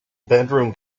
bedroom